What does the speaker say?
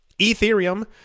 Ethereum